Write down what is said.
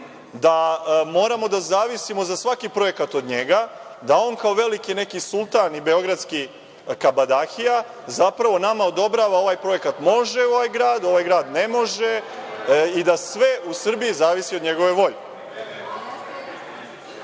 da moramo da zavisimo za svaki projekat od njega, da on kao veliki neki sultan i beogradski kabadahija zapravo nama odobrava ovaj projekat – može u ovaj grad, u ovaj grad ne može i da sve u Srbiji zavisi od njegove